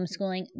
homeschooling